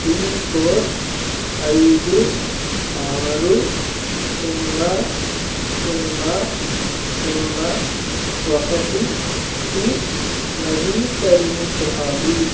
pin code ఐదు ఆరు సున్నా సున్నా సున్నా ఒకటికి నవీకరించాలి